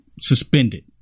suspended